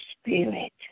spirit